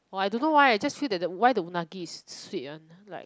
!wah! I don't know why I just feel that that why the unagi is sweet one like